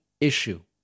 issue